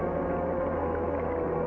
or